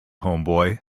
homeboy